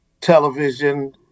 television